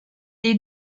est